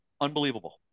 unbelievable